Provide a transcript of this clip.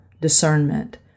discernment